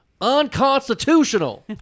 Unconstitutional